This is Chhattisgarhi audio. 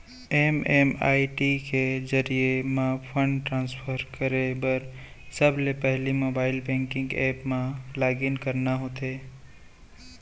एम.एम.आई.डी के जरिये म फंड ट्रांसफर करे बर सबले पहिली मोबाइल बेंकिंग ऐप म लॉगिन करना होथे